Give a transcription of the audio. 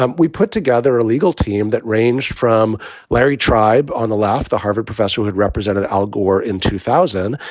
um we put together a legal team that ranged from larry tribe on the left, the harvard professor who had represented al gore in two thousand,